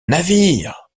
navire